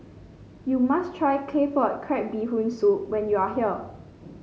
you must try Claypot Crab Bee Hoon Soup when you are here